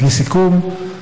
לסיכום,